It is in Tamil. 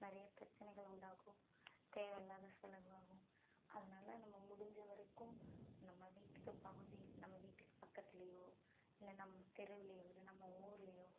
நிறையா பிரச்சனைகளை உண்டாக்கும் தேவை இல்லாத செலவு ஆகும் அதனால நம்ம முடிஞ்ச வரைக்கும் நம்ம வீட்டுக்கு பகுதி நம்ம வீட்டுக்கு பக்கத்துலியோ இல்லை நம்ம தெருவுலேயோ நம்ம ஊர்லேயோ